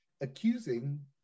accusing